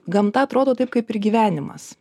gamta atrodo taip kaip ir gyvenimas